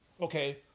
okay